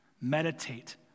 meditate